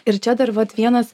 ir čia dar vat vienas